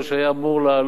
היה אמור לעלות,